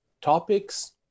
topics